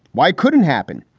why couldn't happen?